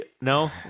No